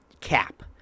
cap